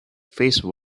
face